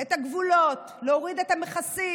את הגבולות, להוריד את המכסים,